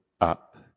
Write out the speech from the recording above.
up